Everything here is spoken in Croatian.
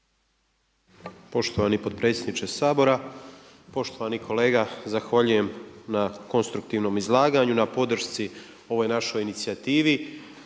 Poštovani potpredsjedniče Sabora, poštovani kolega zahvaljujem na konstruktivnom izlaganju, na podršci ovoj našoj inicijativi